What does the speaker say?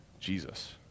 Jesus